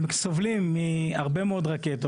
הם סובלים מהרבה מאוד רקטות.